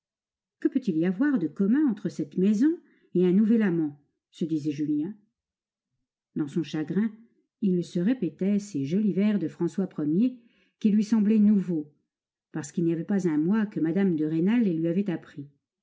que peut-il y avoir de commun entre cette maison et un nouvel amant se disait julien dans son chagrin il se répétait ces jolis vers de françois ier qui lui semblaient nouveaux parce qu'il n'y avait pas un mois que mme de rênal les lui avait appris